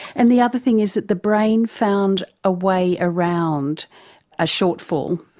and the other thing is that the brain found a way around a shortfall,